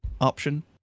option